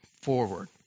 forward